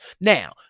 Now